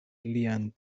lian